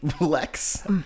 Lex